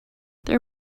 there